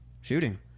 shooting